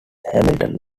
hamilton